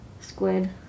squid